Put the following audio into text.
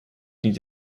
niet